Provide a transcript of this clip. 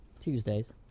Tuesdays